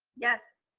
yes.